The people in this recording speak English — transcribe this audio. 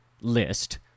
list